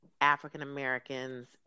African-Americans